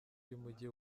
y’umujyi